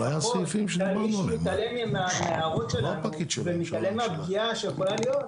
לפחות אם מישהו מתעלם מההערות שלנו ומתעלם מהפגיעה שיכולה להיות,